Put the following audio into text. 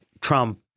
trump